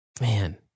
Man